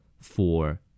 four